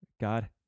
God